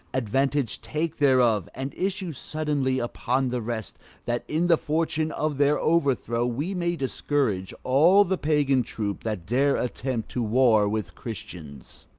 advantage take thereof, and issue suddenly upon the rest that, in the fortune of their overthrow, we may discourage all the pagan troop that dare attempt to war with christians.